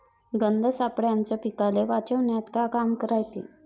गंध सापळ्याचं पीकाले वाचवन्यात का काम रायते?